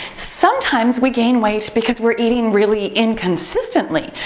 sometimes we gain weight because we're eating really inconsistently,